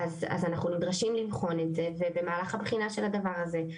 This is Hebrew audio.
אז אנחנו נדרשים לבחון את זה ובמהלך הבחינה של הדבר הזה הוצאנו.